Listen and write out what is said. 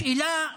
השאלה: